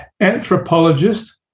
anthropologist